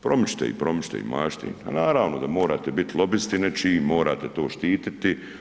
Promičite ih, promičite ih, mašite im, a naravno da morate biti lobisti nečiji, morate to štititi.